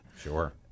Sure